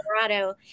Colorado